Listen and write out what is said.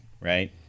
right